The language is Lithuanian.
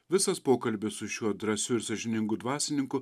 visas pokalbis su šiuo drąsiu ir sąžiningu dvasininku